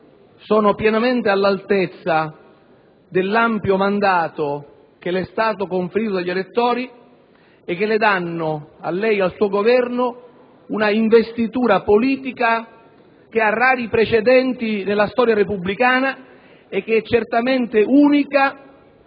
sono pienamente all'altezza dell'ampio mandato che le è stato conferito dagli elettori e che dà, a lei e al Governo da lei presieduto, una investitura politica che ha rari precedenti nella storia repubblicana e che è certamente unica